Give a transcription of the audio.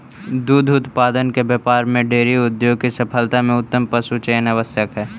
दुग्ध उत्पादन के व्यापार में डेयरी उद्योग की सफलता में उत्तम पशुचयन आवश्यक हई